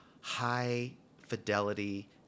high-fidelity